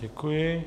Děkuji.